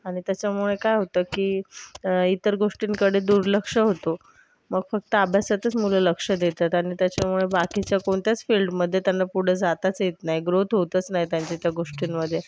आणि त्याच्यामुळे काय होतं की इतर गोष्टींकडे दुर्लक्ष होतं मग फक्त अभ्यासातच मुलं लक्ष देतात आणि त्याच्यामुळे बाकीच्या कोणत्याच फील्डमध्ये त्यांना पुढं जाताच येत नाही ग्रोथ होतच नाही त्यांची त्या गोष्टींमध्ये